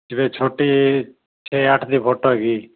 ਜਿਵੇਂ ਛੋਟੀ ਛੇ ਅੱਠ ਦੀ ਫੋਟੋ ਹੈਗੀ